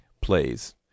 Plays